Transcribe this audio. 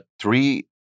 three